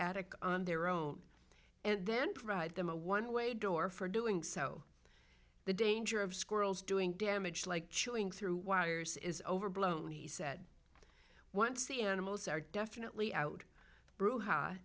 attic on their own and then provide them a one way door for doing so the danger of squirrels doing damage like chewing through wires is overblown he said once the animals are definitely out